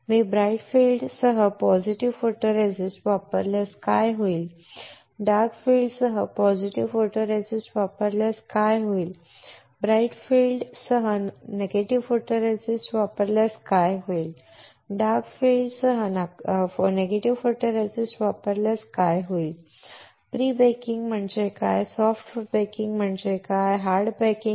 मी bright field सह positive photoresist वापरल्यास काय होईल मी डार्क फील्ड सह पॉझिटिव्ह फोटोरेसिस्ट वापरल्यास काय होईल काय होईल मी ब्राइट फील्ड सह नकारात्मक फोटोरेसिस्ट वापरल्यास काय होईल आणि मी डार्क फील्ड सह नकारात्मक फोटोरेसिस्ट वापरल्यास काय होईल प्रीबेकिंग म्हणजे काय सॉफ्ट बेकिंग हार्ड बेकिंग